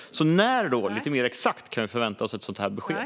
När, lite mer exakt, kan vi förvänta oss ett besked?